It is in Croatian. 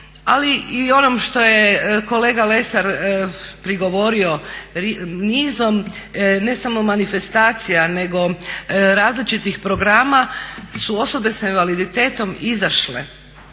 ali i onom što je kolega Lesar prigovorio, nizom ne samo manifestacija nego različitih programa su osobe s invaliditetom izašle